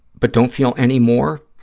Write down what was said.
but don't feel anymore,